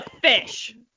fish